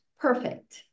perfect